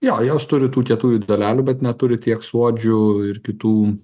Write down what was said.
jo jos turi tų kietųjų dalelių bet neturi tiek suodžių ir kitų